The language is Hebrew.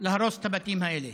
להרוס את הבתים האלה